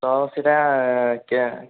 ତ ସେଇଟା କେ